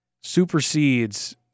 supersedes